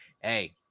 Hey